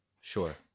Sure